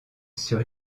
sur